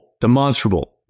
demonstrable